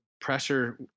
pressure